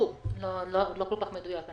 כל כך מדויק.